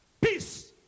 peace